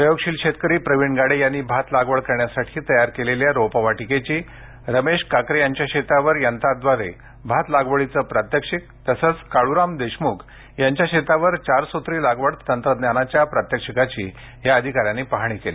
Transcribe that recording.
प्रयोगशिल शेतकरी प्रवीण गाडे यांनी भात लागवड करण्यासाठी तयार केलेल्या रोपवाटीकेची रमेश काकरे यांच्या शेतावर यंत्राद्वारे भात लागवडीचे प्रात्यक्षिक तसेच काळुराम देशमुख यांच्या शेतावर चारसूत्री लागवड तंत्रज्ञानाच्या प्रात्यक्षिकाची या अधिकाऱ्यांनी पाहणी केली